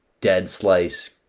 dead-slice